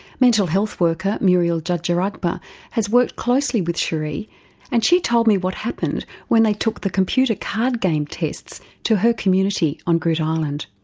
mental health worker muriel jaragba has worked closely with sheree and she told me what happened when they took the computer card game tests to her community on groote um and